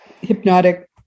hypnotic